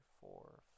four